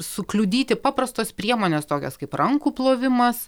sukliudyti paprastos priemonės tokios kaip rankų plovimas